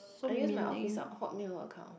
I use my office uh Hotmail account